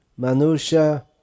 manusha